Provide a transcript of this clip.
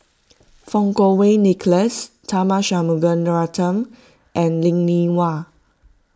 Fang Kuo Wei Nicholas Tharman Shanmugaratnam and Linn in Hua